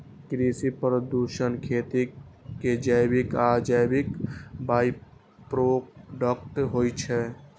कृषि प्रदूषण खेती के जैविक आ अजैविक बाइप्रोडक्ट होइ छै